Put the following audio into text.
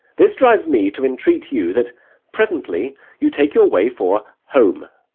this drives me to entreat you that presently you take your way for home,